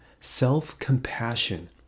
self-compassion